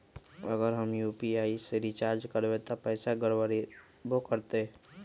अगर हम यू.पी.आई से रिचार्ज करबै त पैसा गड़बड़ाई वो करतई?